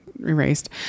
erased